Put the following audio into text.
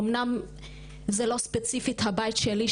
אמנם זה לא ספציפית הבית שלי,